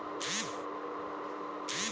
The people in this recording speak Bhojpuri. यूनिवर्सल बैंक सार्वभौमिक बैंक प्रणाली हौ